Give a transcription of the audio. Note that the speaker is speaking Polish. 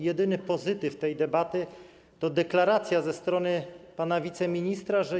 Jedyny pozytyw tej debaty to deklaracja ze strony pana wiceministra, że